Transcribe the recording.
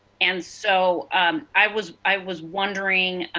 and so i was i was wondering,